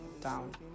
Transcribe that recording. down